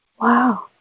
Wow